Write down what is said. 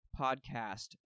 podcast